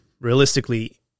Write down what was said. realistically